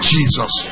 Jesus